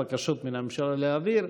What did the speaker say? בקשות מן הממשלה להעביר,